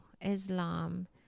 Islam